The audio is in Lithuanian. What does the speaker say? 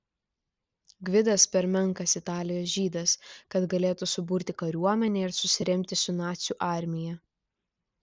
gvidas per menkas italijos žydas kad galėtų suburti kariuomenę ir susiremti su nacių armija